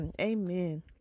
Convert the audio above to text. Amen